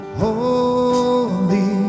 holy